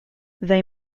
they